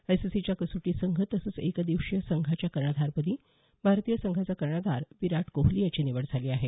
आयसीसीच्या कसोटी संघ तसंच एकदिवसीय संघाच्या कर्णधारपदी भारतीय संघाचा कर्णधार विराट कोहली याची निवड झाली आहे